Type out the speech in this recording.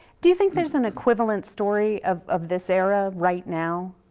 do you think there is an equivalent story of of this era right now?